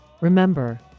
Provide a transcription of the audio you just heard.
Remember